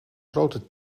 grote